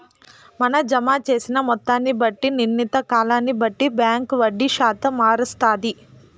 మన జమ జేసిన మొత్తాన్ని బట్టి, నిర్ణీత కాలాన్ని బట్టి బాంకీ వడ్డీ శాతం మారస్తాది